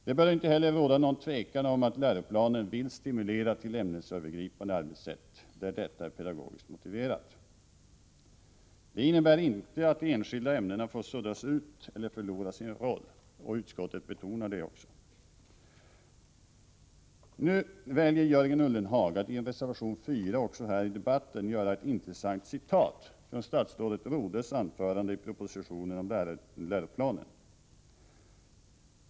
Det bör inte heller råda någon tvekan om att läroplanen vill stimulera till ämnesövergripande arbetssätt där detta är pedagogiskt motiverat. Det innebär inte att de enskilda ämnena får suddas ut eller förlora sin roll. Utskottet betonar detta. Jörgen Ullenhag väljer att i reservation 4 och även här i debatten göra ett intressant citat från statsrådet Rodhes anförande i propositionen om läroplanen.